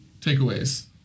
Takeaways